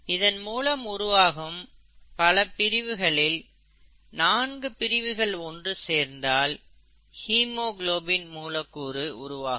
இதன் மூலம் உருவாகும் பல பிரிவுகளில் நான்கு பிரிவுகள் ஒன்று சேர்ந்தால் ஹீமோகுளோபின் மூலக்கூறு உருவாகும்